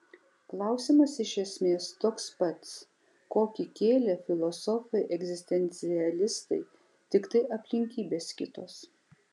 klausimas iš esmės toks pats kokį kėlė filosofai egzistencialistai tiktai aplinkybės kitos